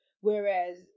whereas